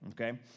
okay